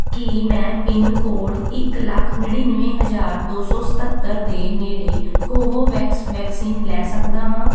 ਕੀ ਮੈਂ ਪਿੰਨਕੋਡ ਇੱਕ ਲੱਖ ਨੜ੍ਹਿਨਵੇਂ ਹਜ਼ਾਰ ਦੋ ਸੌ ਸਤੱਤਰ ਦੇ ਨੇੜੇ ਕੋਵੋਵੈਕਸ ਵੈਕਸੀਨ ਲੈ ਸਕਦਾ ਹਾਂ